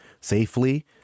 safely